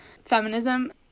feminism